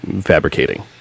fabricating